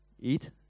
eat